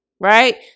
right